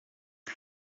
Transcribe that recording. com